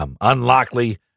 unlikely